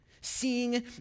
seeing